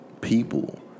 people